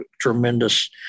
tremendous –